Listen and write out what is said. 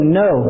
no